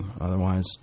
otherwise